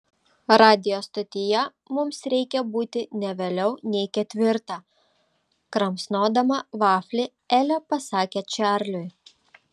radijo stotyje mums reikia būti ne vėliau nei ketvirtą kramsnodama vaflį elė pasakė čarliui